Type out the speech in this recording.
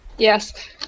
Yes